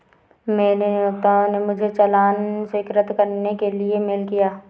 मेरे नियोक्ता ने मुझे चालान स्वीकृत करने के लिए मेल किया